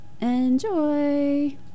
Enjoy